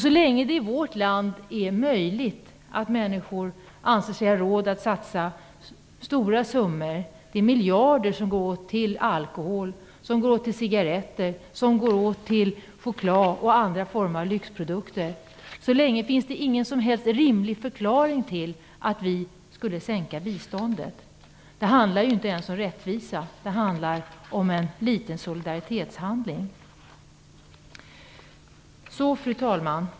Så länge det i vårt land är möjligt, så länge människor anser sig ha råd, att satsa stora summor - det är ju miljarder som går till alkohol, cigaretter, choklad och andra lyxprodukter - finns det inte någon som helst rimlig förklaring till att vi skulle minska biståndet. Det handlar ju inte ens om rättvisa. Det handlar om en liten solidaritetshandling. Fru talman!